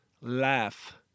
Laugh